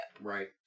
Right